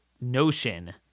notion